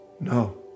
No